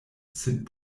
sin